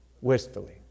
wistfully